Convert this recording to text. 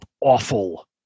awful